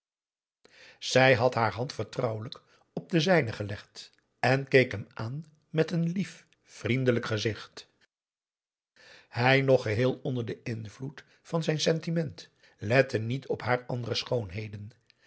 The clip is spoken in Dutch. zij had haar hand vertrouwelijk op de zijne gelegd en keek hem aan met een lief vriendelijk gezicht hij nog geheel onder den invloed van zijn sentiment lette niet op haar andere schoonheden